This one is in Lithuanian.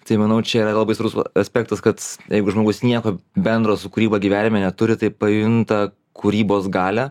tai manau čia yra labai svarus aspektas kad jeigu žmogus nieko bendro su kūryba gyvenime neturi tai pajunta kūrybos galią